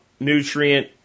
Nutrient